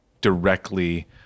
directly